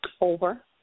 over